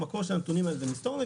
המקור של הנתונים האלה בסטוריז,